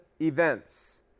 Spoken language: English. events